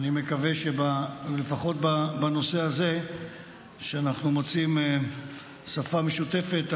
מקווה שלפחות בנושא הזה אנחנו מוצאים שפה משותפת,